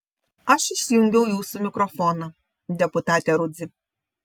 aš išjungiau jūsų mikrofoną deputate rudzy